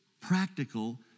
practical